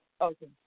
Okay